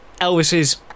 Elvis's